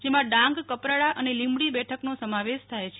જેમાં ડાંગ કપરાડા અને લિંબડી બેઠકનો સમાવેશ થાય છે